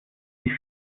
die